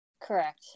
Correct